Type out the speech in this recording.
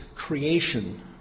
creation